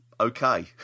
okay